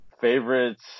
favorites